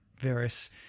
various